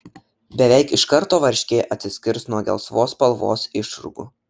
beveik iš karto varškė atsiskirs nuo gelsvos spalvos išrūgų